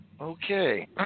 Okay